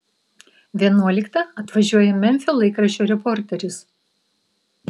vienuoliktą atvažiuoja memfio laikraščio reporteris